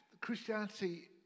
Christianity